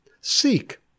Seek